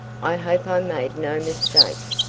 i hope i made no mistake.